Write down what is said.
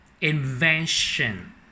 Invention